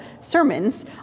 sermons